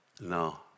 No